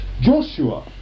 Joshua